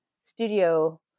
studio